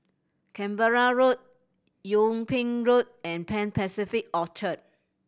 Canberra Road Yung Ping Road and Pan Pacific Orchard